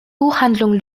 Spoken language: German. buchhandlung